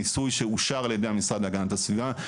ניסוי שאושר על ידי המשרד להגנת הסביבה,